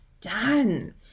done